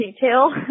detail